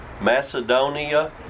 Macedonia